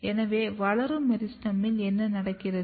எனவே வளரும் மெரிஸ்டெமில் என்ன நடக்கிறது